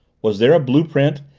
was there a blue-print,